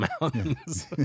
mountains